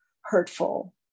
hurtful